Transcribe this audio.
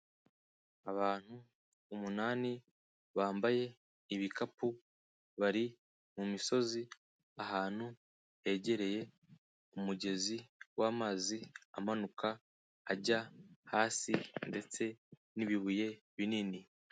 Abantu umunani bambaye ibikapu, bari mu misozi ahantu hegereye umugezi w'amazi amanuka ajya hasi ndetse n'ibibuye binini.